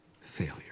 failure